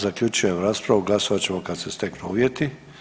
Zaključujem raspravu, glasovat ćemo kad se steknu uvjeti.